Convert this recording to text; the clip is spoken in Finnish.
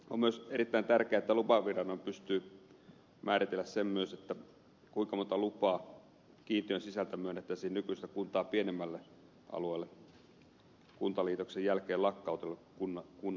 on myös erittäin tärkeää että lupaviranomainen pystyy määrittelemään myös sen kuinka monta lupaa kiintiön sisältä myönnettäisiin nykyistä kuntaa pienemmälle alueelle kuntaliitoksen jälkeen lakkautetun kunnan alueelle